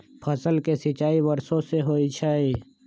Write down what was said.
फसल के सिंचाई वर्षो से होई छई